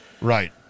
Right